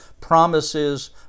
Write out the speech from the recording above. promises